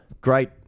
great